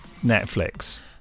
Netflix